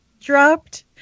dropped